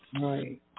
Right